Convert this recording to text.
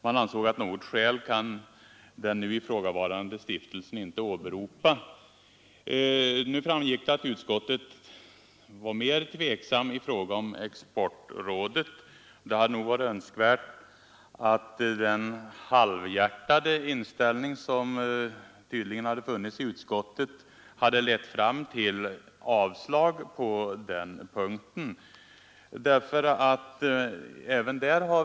Man ansåg att den nu ifrågavarande stiftelsen inte kan åberopa något skäl för skattebefrielse. Det har framgått att utskottet var mer tveksamt i fråga om Sveriges exportråd än om Apotekarsocieteten. Det hade varit önskvärt att den halvhjärtade inställning som tydligen funnits i utskottet lett fram till avslag på den punkten.